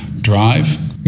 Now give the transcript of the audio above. drive